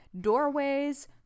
doorways